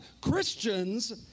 Christians